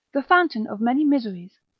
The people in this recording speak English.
the fountain of many miseries,